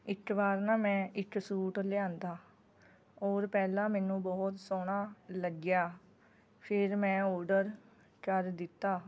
ਇੱਕ ਵਾਰ ਨਾ ਮੈਂ ਇੱਕ ਸੂਟ ਲਿਆਂਦਾ ਔਰ ਪਹਿਲਾਂ ਮੈਨੂੰ ਬਹੁਤ ਸੋਹਣਾ ਲੱਗਿਆ ਫਿਰ ਮੈਂ ਔਡਰ ਕਰ ਦਿੱਤਾ